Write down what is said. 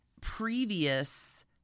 previous